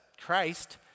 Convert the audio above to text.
Christ